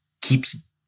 keeps